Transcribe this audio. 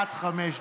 עד חמש דקות.